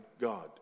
God